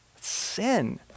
sin